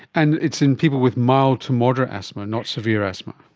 and it's in people with mild to moderate asthma, not severe asthma.